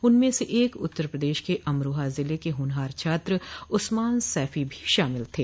उनमें से एक उत्तर प्रदेश के अमरोहा जिले के होनहार छात्र उस्मान सैफी भी शामिल थे